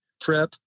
prep